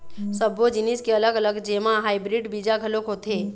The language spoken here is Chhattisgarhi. सब्बो जिनिस के अलग अलग जेमा हाइब्रिड बीजा घलोक होथे